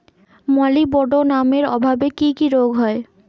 মলিবডোনামের অভাবে কি কি রোগ হয়?